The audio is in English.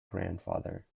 grandfather